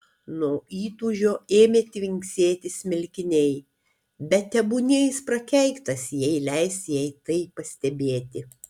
nuo įtūžio ėmė tvinksėti smilkiniai bet tebūnie jis prakeiktas jei leis jai tai pastebėti